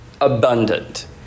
abundant